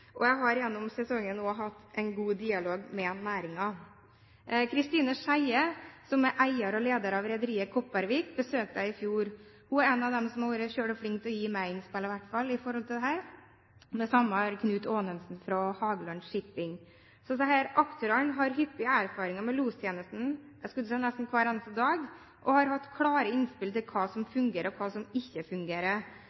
og jeg har gjennom sesongen også hatt en god dialog med næringen. Kristine Skeie, som er eier og leder av rederiet Kopervik, besøkte jeg i fjor. Hun er en av dem som har vært veldig flink til å gi i hvert fall meg innspill til dette. Det samme har Knut Aanensen fra Hagland Shipping. Disse aktørene har hyppige erfaringer med lostjenesten, jeg skulle tro nesten hver eneste dag, og har hatt klare innspill til hva som